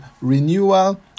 renewal